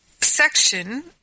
section